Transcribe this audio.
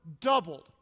doubled